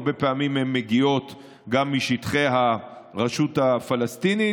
הרבה פעמים הן מגיעות גם משטחי הרשות הפלסטינית.